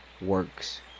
works